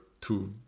two